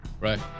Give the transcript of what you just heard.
right